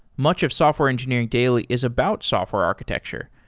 much of software engineering daily is about software architecture,